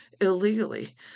illegally